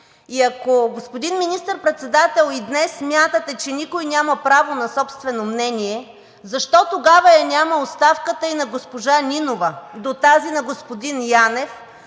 И ако, господин Министър-председател, и днес смятате, че никой няма право на собствено мнение, защо тогава я няма оставката и на госпожа Нинова до тази на господин Янев,